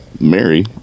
mary